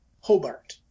Hobart